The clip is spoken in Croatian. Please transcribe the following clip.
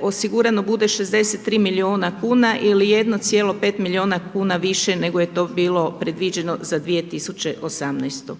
osigurano bude 63 milijuna kn ili 1,5 milijuna kn više nego je to bilo predviđeno za 2018.